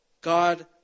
God